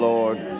Lord